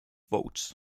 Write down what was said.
votes